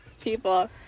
people